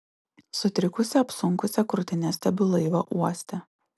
sutrikusi apsunkusia krūtine stebiu laivą uoste